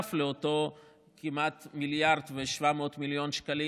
בנוסף לאותם כמעט 1.7 מיליארד שקלים,